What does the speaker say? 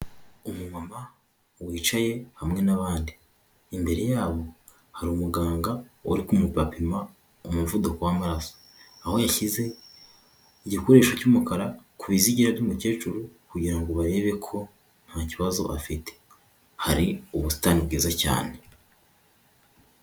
Umumama wicaye hamwe n'abandi imbere yabo hari umuganga wari kumupapima umuvuduko w'amaraso aho yashyize igikoresho cyumukara ku bizigira by'umukecuru kugir ango barebe ko nta kibazo afite hari ubusitani bwiza cyane.